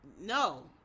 no